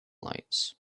lights